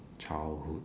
childhood